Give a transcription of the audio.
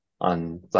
on